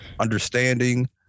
understanding